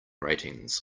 ratings